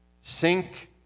sink